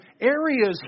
areas